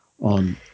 on